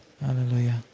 Hallelujah